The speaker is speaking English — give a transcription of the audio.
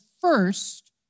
first